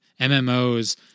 MMOs